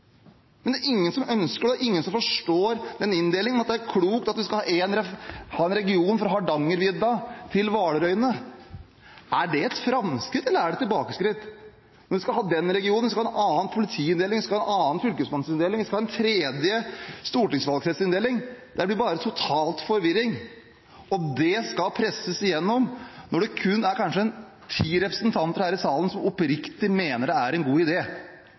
Men det er ingen som ønsker det, og ingen som forstår at det er klokt at vi skal ha en inndeling hvor vi har en region fra Hardangervidda til Hvalerøyene. Er det et framskritt, eller er det et tilbakeskritt? En skal ha den regionen, en skal ha en annen politiinndeling, en skal ha en annen fylkesmannsinndeling, en skal ha en tredje stortingsvalgkretsinndeling. Det blir bare total forvirring, og det skal presses igjennom når det kun er kanskje ti representanter her i salen som oppriktig mener det er en god